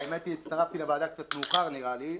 הצטרפתי לוועדה קצת מאוחר כמדומני,